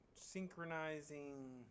synchronizing